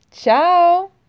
Ciao